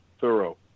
thorough